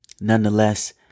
Nonetheless